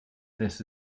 this